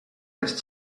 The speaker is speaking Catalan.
les